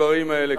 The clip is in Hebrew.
נכון.